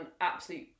absolute